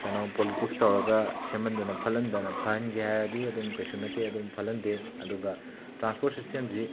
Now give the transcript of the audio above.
ꯀꯅꯣ ꯄꯣꯂꯤꯇꯤꯛꯁ ꯇꯧꯔꯒ ꯁꯦꯝꯍꯟꯗꯅ ꯐꯠꯍꯟꯗꯅ ꯐꯍꯟꯒꯦ ꯍꯥꯏꯔꯗꯤ ꯑꯗꯨꯝ ꯀꯩꯁꯨ ꯅꯠꯇꯦ ꯑꯗꯨꯝ ꯐꯠꯍꯟꯗꯦ ꯑꯗꯨꯒ ꯇ꯭ꯔꯥꯟꯁꯄꯣꯔꯠ ꯁꯤꯁꯇꯦꯝꯁꯤ